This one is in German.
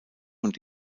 und